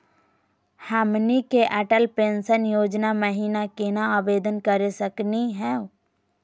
हमनी के अटल पेंसन योजना महिना केना आवेदन करे सकनी हो?